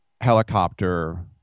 helicopter